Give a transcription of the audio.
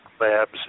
Labs